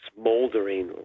smoldering